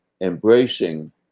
embracing